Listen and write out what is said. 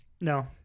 No